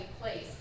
place